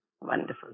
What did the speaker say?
Wonderful